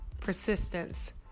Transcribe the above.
persistence